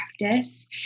practice